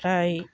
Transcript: ओमफ्राय